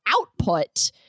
output